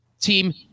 team